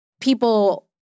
people